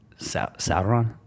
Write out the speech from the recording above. sauron